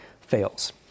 fails